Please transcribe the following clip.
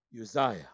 Uzziah